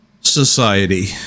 society